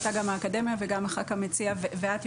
העלתה גם האקדמיה וגם חבר הכנסת המציע ואת,